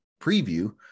preview